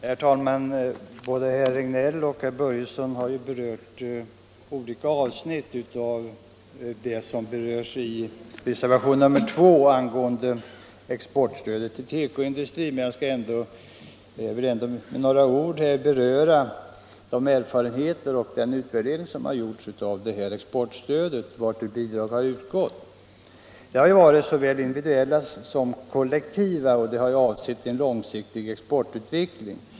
Herr talman! Både herr Regnéll och herr Börjesson i Glömminge har ju berört olika avsnitt av det som sägs i reservationen 2 angående exportstödet till tekoindustrin, men jag vill ändå med några ord beröra de erfarenheter man fått och den utvärdering som gjorts av det exportstöd vartill bidrag har utgått. Det har varit såväl individuella som kollektiva bidrag, vilka avsett en långsiktig exportutveckling.